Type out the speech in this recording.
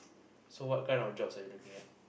so what kind of jobs are you looking at